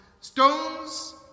stones